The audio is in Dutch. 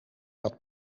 dat